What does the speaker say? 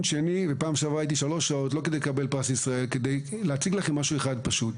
שני היא כדי להציג לכם משהו אחד ופשוט.